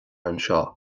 anseo